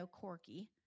Corky